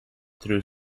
through